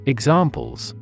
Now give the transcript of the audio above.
Examples